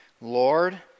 Lord